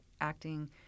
acting